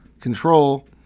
control